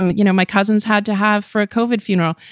and you know, my cousins had to have for a covered funeral,